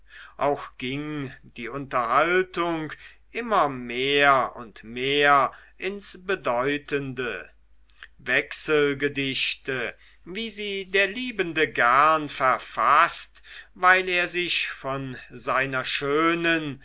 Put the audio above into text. auch ging die unterhaltung immer mehr und mehr ins bedeutende wechselgedichte wie sie der liebende gern verfaßt weil er sich von seiner schönen